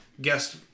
guest